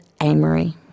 Amory